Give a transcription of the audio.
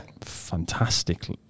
fantastic